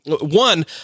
one